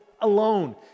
alone